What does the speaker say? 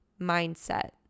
mindset